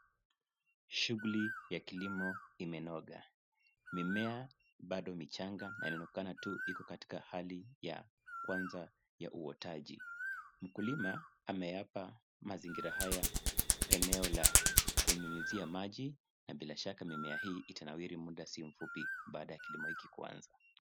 Shughuli ya kilimo imenoga. Mimea bado michanga na inaonekana tu iko katika hali ya kwanza ya uotaji. Mkulima ameyapa mazingira haya eneo la kunyunyizia maji na bila shaka mimea hii itanawiri muda si mfupi, baada wa kilimo hiki kuanza.